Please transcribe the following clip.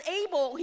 able